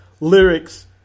Lyrics